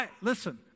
Listen